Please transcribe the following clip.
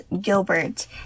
gilbert